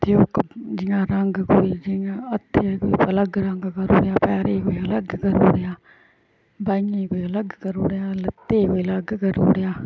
ते इक जियां रंग कोई जियां हत्थें कोई अलग रंग करी ओड़ेआ पैरै ई कोई अलग करी ओड़ेआ बांहियें कोई अलग करी ओड़ेआ लत्तें कोई अलग करी ओड़ेओ